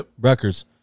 Records